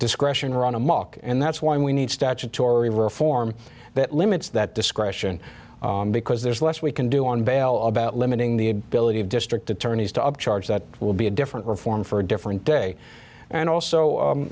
discretion run amok and that's why we need statutory reform that limits that discretion because there's less we can do on bail about limiting the ability of district attorneys to up charge that will be a different reform for a different day and also